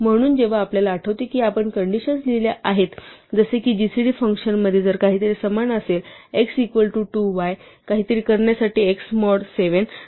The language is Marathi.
म्हणून जेव्हा आपल्याला आठवते की आपण कंडिशन्स लिहिल्या आहेत जसे की gcd फंक्शनमध्ये जर काहीतरी समान असेल x इक्वल टू y काहीतरी करण्यासाठी x mod 7